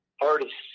artists